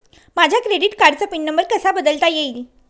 माझ्या क्रेडिट कार्डचा pin number कसा बदलता येईल?